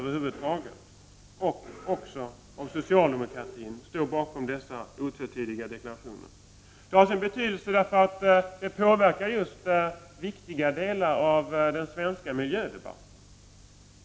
Står socialdemokratin bakom dessa otvetydiga deklarationer? Detta påverkar viktiga delar av den svenska miljödebatten.